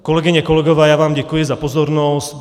Kolegyně, kolegové, já vám děkuji za pozornost.